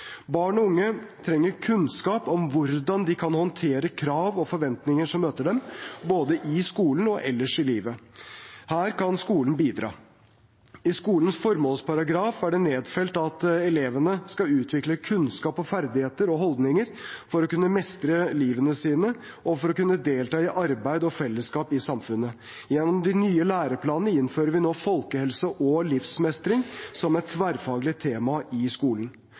Barn og unge trenger kunnskap om hvordan de kan håndtere krav og forventninger som møter dem, både i skolen og ellers i livet. Her kan skolen bidra. I skolens formålsparagraf er det nedfelt at elevene skal utvikle kunnskap og ferdigheter og holdninger for å kunne mestre livet sitt og for å kunne delta i arbeid og fellesskap i samfunnet. Gjennom de nye læreplanene innfører vi nå folkehelse og livsmestring som et tverrfaglig tema i skolen.